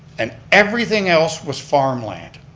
and everything else was farm land.